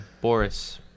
Boris